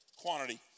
quantity